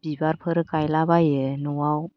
बिबारफोर गायला बायो न'आव